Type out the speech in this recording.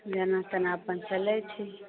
जेना तेना अपन चलैत छै